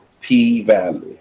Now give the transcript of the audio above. P-Valley